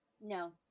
No